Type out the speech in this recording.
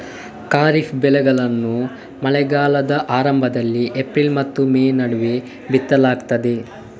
ಖಾರಿಫ್ ಬೆಳೆಗಳನ್ನು ಮಳೆಗಾಲದ ಆರಂಭದಲ್ಲಿ ಏಪ್ರಿಲ್ ಮತ್ತು ಮೇ ನಡುವೆ ಬಿತ್ತಲಾಗ್ತದೆ